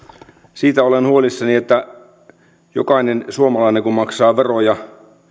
siitä olen huolissani että kun jokainen suomalainen maksaa veroja